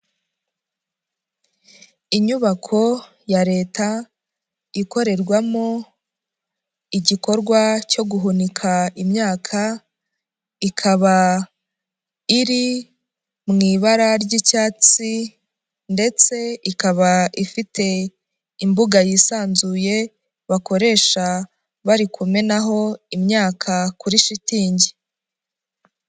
Inyubako ya leta, ikorerwamo, igikorwa cyo guhunika imyaka, ikaba iri mu ibara ry'icyatsi ndetse ikaba ifite imbuga yisanzuye, bakoresha barikumenaho imyaka kuri shitingi.